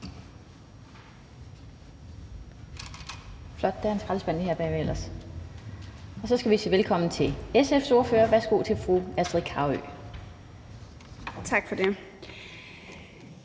Så skal vi sige velkommen til SF's ordfører. Værsgo til fru Astrid Carøe.